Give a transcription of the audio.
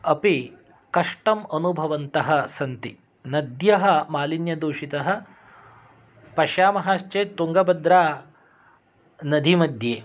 अपि कष्टम् अनुभवन्तः सन्ति नद्यः मालिन्यदूषितः पश्यामश्चेत् तुङ्गबद्रानदीमध्ये